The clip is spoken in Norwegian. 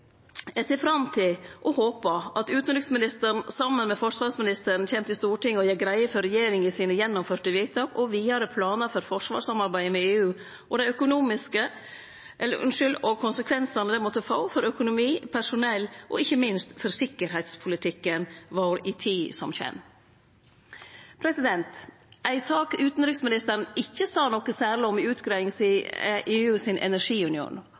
Eg ser fram til og håpar at utanriksministeren saman med forsvarsministeren kjem til Stortinget og gjer greie for regjeringa sine gjennomførde vedtak og vidare planar for forsvarssamarbeidet med EU og konsekvensane det måtte få for økonomi, personell og ikkje minst for sikkerheitspolitikken vår i tida som kjem. Ei sak utanriksministeren ikkje sa noko særleg om i utgreiinga si, er EU sin energiunion.